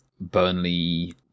Burnley